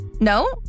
No